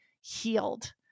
healed